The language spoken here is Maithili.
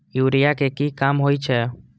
यूरिया के की काम होई छै?